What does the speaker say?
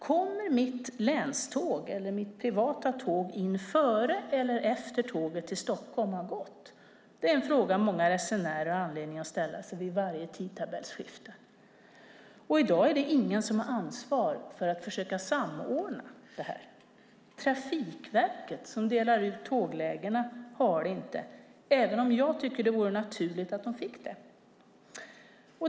Kommer mitt länståg eller mitt privata tåg in innan eller efter att tåget till Stockholm har gått? Det är en fråga många resenärer har anledning att ställa sig vid varje tidtabellsskifte. I dag är det ingen som har ansvar för att försöka samordna detta. Trafikverket, som delar ut tåglägena, har det inte, även om jag tycker att det vore naturligt att de fick det.